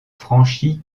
franchi